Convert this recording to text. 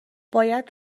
باید